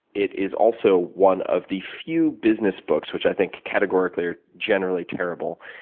it is also one of the few business books, which i think, categorically, are generally terrible,